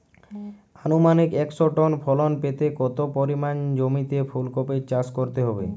আনুমানিক একশো টন ফলন পেতে কত পরিমাণ জমিতে ফুলকপির চাষ করতে হবে?